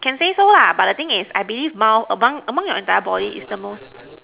can say so lah but the thing is I believe mouth among among your entire body is the most